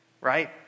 right